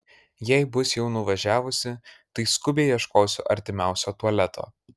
jei bus jau nuvažiavusi tai skubiai ieškosiu artimiausio tualeto